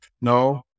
No